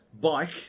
bike